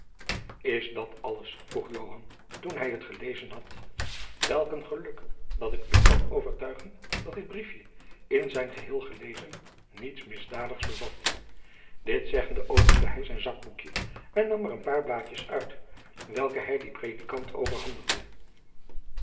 is dat alles vroeg joan toen hij het gelezen had welk een geluk dat ik u kan overtuigen dat dit briefje in zijn geheel gelezen niets misdadigs bevat dit zeggende opende hij zijn zakboekje en nam er een paar blaadjens uit welke hij den predikant overhandigde